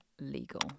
legal